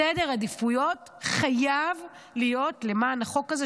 סדר העדיפויות חייב להיות למען החוק הזה,